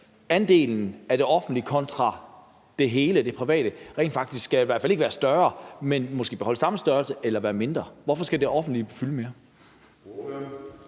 andelen af det offentlige kontra det private i hvert fald ikke skal være større, men måske beholde samme størrelse eller være mindre? Hvorfor skal det offentlige fylde mere?